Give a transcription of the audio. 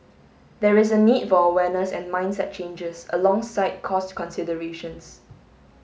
there is a need for awareness and mindset changes alongside cost considerations